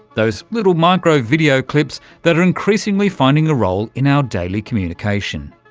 those little micro-video clips that are increasingly finding a role in our daily communication.